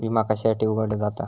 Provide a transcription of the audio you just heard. विमा कशासाठी उघडलो जाता?